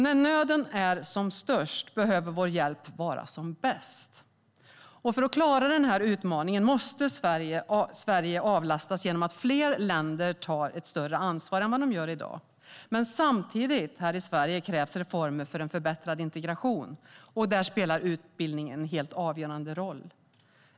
När nöden är som störst behöver vår hjälp vara som bäst. För att klara denna utmaning måste Sverige avlastas genom att fler länder tar ett större ansvar än vad de gör i dag. Samtidigt krävs reformer här i Sverige för förbättrad integration, och där spelar utbildning en helt avgörande roll.